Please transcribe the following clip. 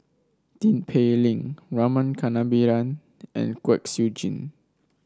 Tin Pei Ling Rama Kannabiran and Kwek Siew Jin